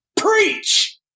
Preach